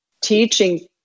teaching